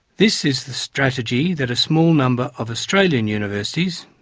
this is the strategy that a small number of australian universities,